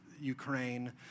Ukraine